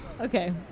Okay